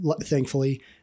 thankfully